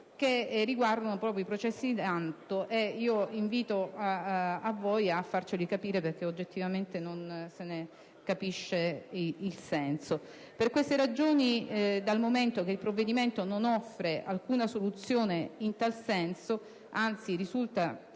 che riguarda proprio i processi in atto. Vi invito a farceli capire, perché oggettivamente non se ne capisce il senso. Per queste ragioni, dal momento che il provvedimento non offre alcuna soluzione in tal senso, anzi ha